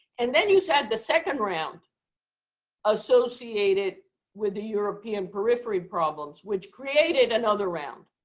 and then you had the second round associated with the european periphery problems, which created another round.